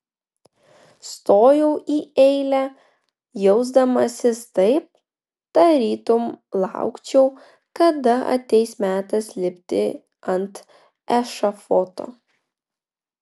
stojau į eilę jausdamasis taip tarytum laukčiau kada ateis metas lipti ant ešafoto